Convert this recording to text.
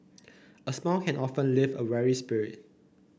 a smile can often lift a weary spirit